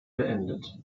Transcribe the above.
beendet